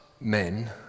men